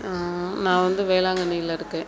நான் வந்து வேளாங்கண்ணியில் இருக்கேன்